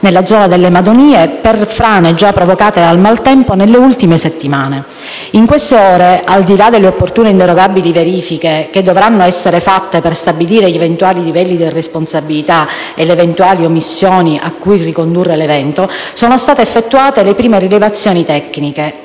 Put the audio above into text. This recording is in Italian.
nella zona delle Madonie, per le frane provocate dal maltempo delle ultime settimane. In queste ore - al di là delle opportune e inderogabili verifiche che dovranno essere fatte per stabilire gli eventuali livelli di responsabilità ed omissioni a cui ricondurre l'evento - sono state effettuate le prime rilevazioni tecniche